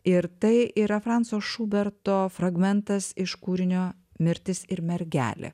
ir tai yra franco šuberto fragmentas iš kūrinio mirtis ir mergelė